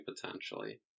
potentially